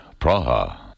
Praha